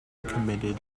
committed